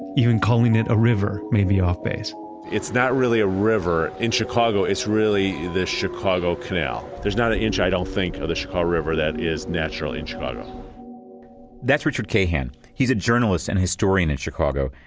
even calling it a river may be off based it's not really a river. in chicago, it's really the chicago canal. there's not an inch, i don't think of the chicago river is natural in chicago that's richard cahan, he's a journalist and historian in chicago.